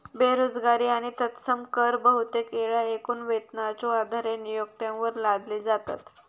बेरोजगारी आणि तत्सम कर बहुतेक येळा एकूण वेतनाच्यो आधारे नियोक्त्यांवर लादले जातत